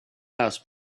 house